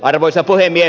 arvoisa puhemies